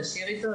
לשיר איתו,